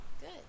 Good